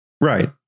Right